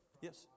yes